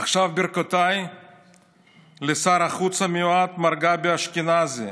עכשיו ברכותיי לשר החוץ המיועד, מר גבי אשכנזי.